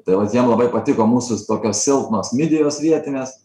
tai vat jiem labai patiko mūsų tokios silpnos midijos vietinės